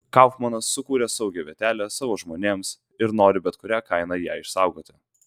kaufmanas sukūrė saugią vietelę savo žmonėms ir nori bet kuria kaina ją išsaugoti